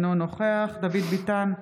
אינו נוכח דוד ביטן,